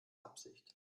absicht